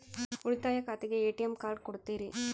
ಉಳಿತಾಯ ಖಾತೆಗೆ ATM card ಕೊಡ್ತೇರಿ?